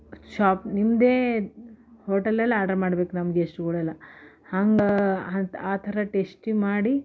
shop ನಿಮ್ಮದೇ ಹೋಟೆಲಲ್ಲಿ order ಮಾಡ್ಬೇಕು ನಮ್ಮ ಗೆಸ್ಟುಗಳೆಲ್ಲ ಹಂಗೆ ಆ ಥರ ಟೇಸ್ಟಿ ಮಾಡಿ